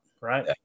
right